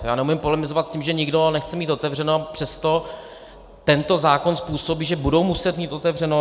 Já neumím polemizovat s tím, že nikdo nechce mít otevřeno, a přesto tento zákon způsobí, že budou muset mít otevřeno.